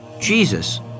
Jesus